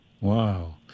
Wow